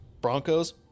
broncos